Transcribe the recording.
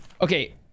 Okay